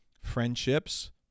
friendships